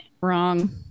Wrong